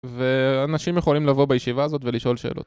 ואנשים יכולים לבוא בישיבה הזאת ולשאול שאלות.